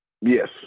Yes